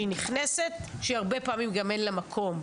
שהיא נכנסת, שהרבה פעמים גם אין לה מקום.